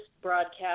broadcast